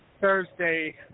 Thursday